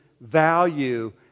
value